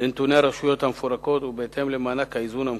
לנתוני הרשויות המפורקות ובהתאם למענק האיזון המקוצץ.